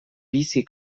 bizi